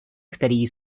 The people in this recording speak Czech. který